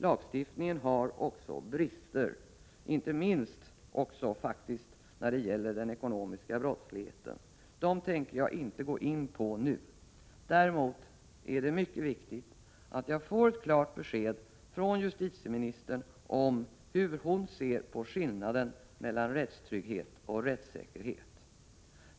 Lagstiftningen har också brister, inte minst när det gäller den ekonomiska brottsligheten. De bristerna tänker jag dock inte gå in på nu. Däremot är det mycket viktigt att jag får ett klart besked från justitieministern om hur hon ser på skillnaden mellan rättstrygghet och rättsäkerhet. Herr talman!